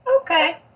Okay